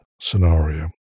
scenario